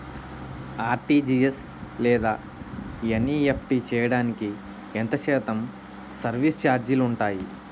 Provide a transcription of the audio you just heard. RTGS లేదా NEFT చేయడానికి ఎంత శాతం సర్విస్ ఛార్జీలు ఉంటాయి?